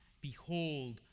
behold